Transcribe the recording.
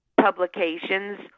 publications